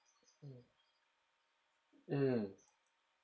mm